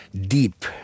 deep